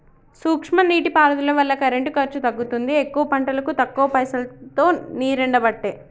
సూక్ష్మ నీటి పారుదల వల్ల కరెంటు ఖర్చు తగ్గుతుంది ఎక్కువ పంటలకు తక్కువ పైసలోతో నీరెండబట్టే